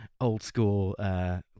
old-school